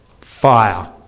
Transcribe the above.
Fire